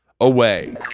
Away